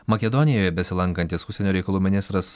makedonijoj besilankantis užsienio reikalų ministras